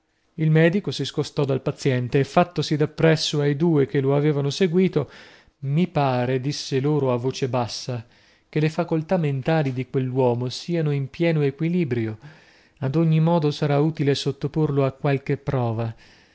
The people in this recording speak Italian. il medico si scostò dal paziente e fattosi dappresso ai due che lo avevano seguito mi pare disse loro a voce bassa che le facoltà mentali di quell'uomo sieno in pieno equilibrio ad ogni modo sarà utile sottoporlo a qualche prova